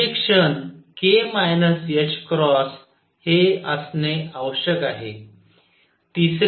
projection k ℏ हे असणे आवश्यक आहे